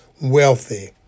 wealthy